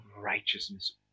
righteousness